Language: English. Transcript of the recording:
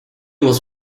was